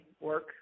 work